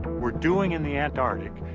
we're doing, in the antarctic,